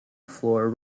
floor